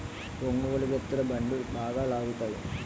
ఒంగోలు గిత్తలు బండి బాగా లాగుతాయి